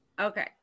Okay